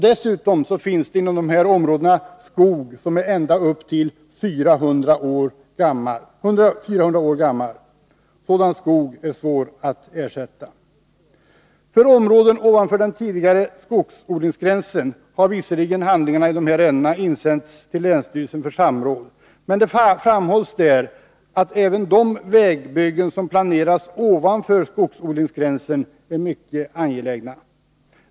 Det finns dessutom inom dessa områden skog som är ända upp till 400 år gammal. Sådan skog är svår att ersätta. För områden ovanför den tidigare skogsodlingsgränsen har visserligen handlingarna i sådana här ärenden insänts till länsstyrelsen för samråd, men det framhålls i detta sammanhang att även de vägbyggen som planeras ovanför skogsodlingsgränsen är mycket angelägna.